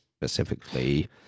Specifically